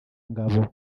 ngabo